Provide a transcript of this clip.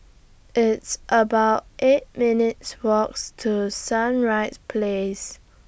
It's about eight minutes' Walks to Sunrise Place